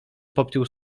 popiół